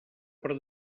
per